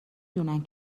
دونن